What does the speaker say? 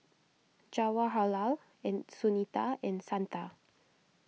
Jawaharlal and Sunita and Santha